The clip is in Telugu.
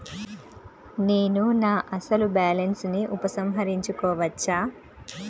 నేను నా అసలు బాలన్స్ ని ఉపసంహరించుకోవచ్చా?